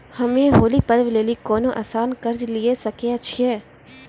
हम्मय होली पर्व लेली कोनो आसान कर्ज लिये सकय छियै?